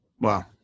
Wow